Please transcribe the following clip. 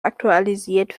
aktualisiert